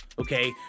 Okay